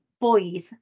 boys